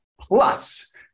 Plus